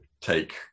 take